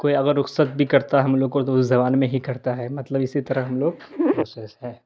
کوئی اگر رخصت بھی کرتا ہے ہم لوگ کو اردو زبان میں ہی کرتا ہے مطلب اسی طرح ہم لوگ ہے